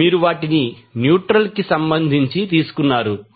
మీరు వాటిని న్యూట్రల్ కి సంబంధించి తీసుకున్నారు